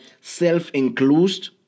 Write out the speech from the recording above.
self-enclosed